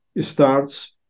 starts